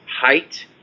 height